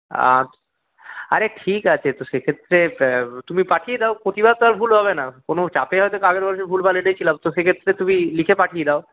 আরে ঠিক আছে তো সেক্ষেত্রে তুমি পাঠিয়ে দাও প্রতিবার তো আর ভুল হবে না কোনও চাপে হয়ত আগের বছর ভুলভাল এনেছিলাম সেক্ষেত্রে তুমি লিখে পাঠিয়ে দাও